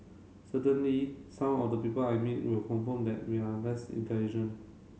certainly some of the people I meet will confirm that we are less intelligent